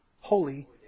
holy